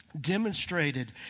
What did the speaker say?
demonstrated